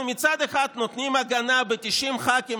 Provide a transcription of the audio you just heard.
אנחנו מצד אחד נותנים הגנה של 90 ח"כים